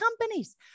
companies